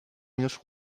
millors